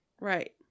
Right